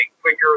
quicker